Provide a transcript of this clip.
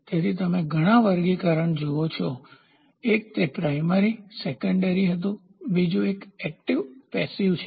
તેથી તમે ઘણા વર્ગીકરણ જુઓ છો એક તે પ્રાઇમરીપ્રાથમિક સેકન્ડરીગૌણ હતું બીજો એક એકટીવસક્રિય અને પેસીવનિષ્ક્રિય છે